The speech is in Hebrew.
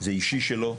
זה אישי שלו,